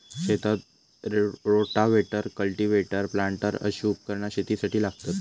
शेतात rotavator, cultivator, planter अशी उपकरणा शेतीसाठी लागतत